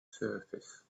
surface